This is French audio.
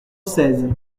seize